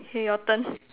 K your turn